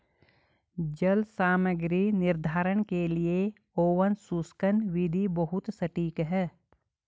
जल सामग्री निर्धारण के लिए ओवन शुष्कन विधि बहुत सटीक है